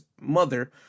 mother